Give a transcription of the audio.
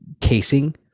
casing